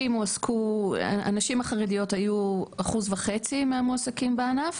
הנשים החרדיות היו 1.5% מהמועסקים בענף.